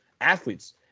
athletes